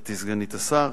גברתי סגנית השר,